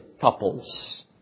couples